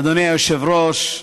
אדוני היושב-ראש,